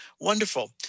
Wonderful